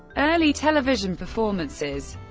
early television performances